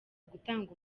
gutanga